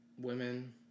women